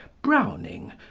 browning,